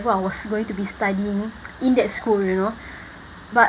what I was going to be studying in that school you know but